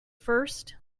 first